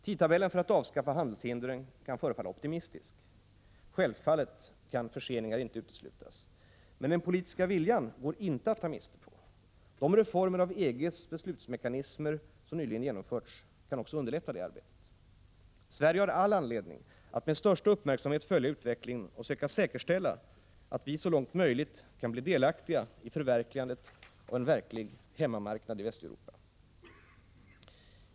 Tidtabellen för att avskaffa handelshindren kan förefalla optimistisk. Självfallet kan förseningar inte uteslutas. Den politiska viljan går dock inte att ta miste på. De reformer av EG:s beslutsmekanismer som nyligen genomförts kan också komma att underlätta arbetet. Sverige har all anledning att med största uppmärksamhet följa utvecklingen och söka säkerställa att vi så långt möjligt kan bli delaktiga i förverkligandet av en reell hemmamarknad i Västeuropa.